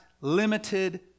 limited